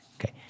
okay